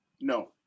No